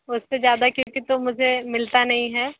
उससे ज्यादा क्योंकि तो मुझे मिलता नहीं है